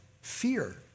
fear